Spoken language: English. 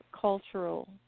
cultural